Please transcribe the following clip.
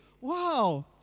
Wow